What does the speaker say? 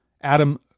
Adam